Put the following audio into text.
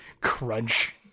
crunch